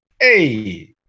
hey